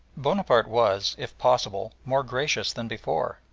bonaparte was, if possible, more gracious than before,